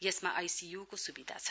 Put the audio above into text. यसमा आईसीयूको सुविधा छ